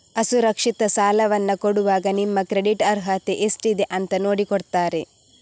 ಅಸುರಕ್ಷಿತ ಸಾಲವನ್ನ ಕೊಡುವಾಗ ನಿಮ್ಮ ಕ್ರೆಡಿಟ್ ಅರ್ಹತೆ ಎಷ್ಟಿದೆ ಅಂತ ನೋಡಿ ಕೊಡ್ತಾರೆ